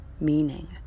meaning